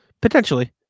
Potentially